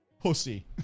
Pussy